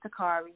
Takari